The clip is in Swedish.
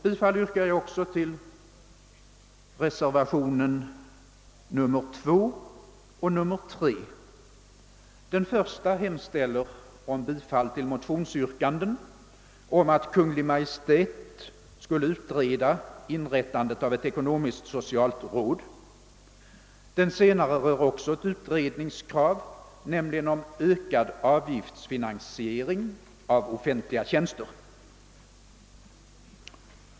Bifall yrkar jag också till reservationerna 2 och 3. I den förra hemställes om bifall till motionsyrkanden om att Kungl. Maj:t måtte låta utreda inrättandet av ett ekonomiskt-socialt råd. Den senare avser också ett krav på utredning, nämligen om ökad avgiftsfinansiering av offentliga tjänster.